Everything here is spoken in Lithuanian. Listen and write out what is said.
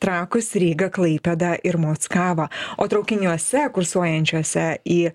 trakus rygą klaipėdą ir mockavą o traukiniuose kursuojančiuose į